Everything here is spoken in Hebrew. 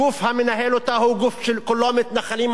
הגוף המנהל אותה הוא גוף שכולם מתנחלים,